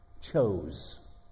chose